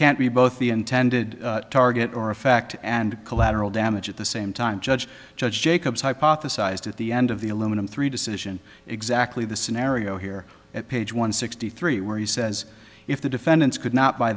can't be both the intended target or a fact and collateral damage at the same time judge judge jacobs hypothesized at the end of the aluminum three decision exactly the scenario here at page one sixty three where he says if the defendants could not by